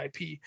IP